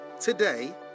Today